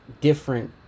different